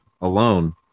alone